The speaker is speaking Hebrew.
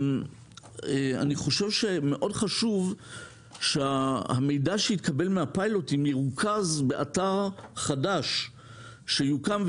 אני חושב שמאוד חשוב שהמידע שיתקבל מהפיילוטים ירוכז באתר חדש שיוקם,